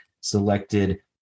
selected